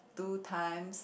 two times